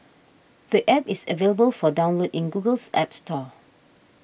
the App is available for download in Google's App Store